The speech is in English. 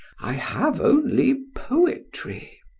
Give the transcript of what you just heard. i have only poetry.